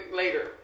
later